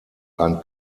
ein